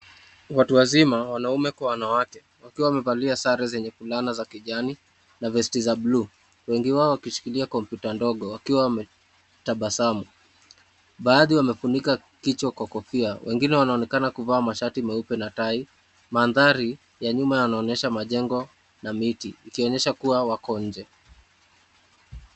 Watu wazima wanaume kwa wanawake wakiwa wamevalia sare zenye fulana za kijani na vesti za buluu wengi wao wakishikilia kompyuta ndogo wakiwa wametabasamu. Baadhi wamefunika kichwa kwa kofia wengine wanaonekana kuvaa mashati meupe na tai. Mandhari ya nyuma yanaonyesha majengo na miti ikionyesha kuwa wako nje.